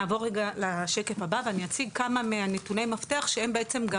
נעבור לשקף הבא ואני אציג כמה מנתוני המפתח שהם בעצם,